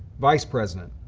vice president,